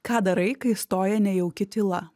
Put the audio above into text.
ką darai kai stoja nejauki tyla